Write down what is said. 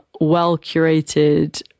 well-curated